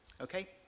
Okay